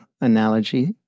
analogy